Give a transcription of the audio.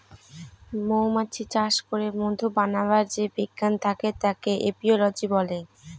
মৌমাছি চাষ করে মধু বানাবার যে বিজ্ঞান থাকে তাকে এপিওলোজি বলে